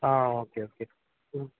ஆ okay okay ம்